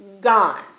Gone